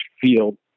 field